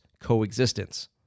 coexistence